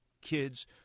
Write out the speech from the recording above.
kids